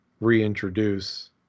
reintroduce